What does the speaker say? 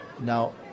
now